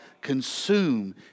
consume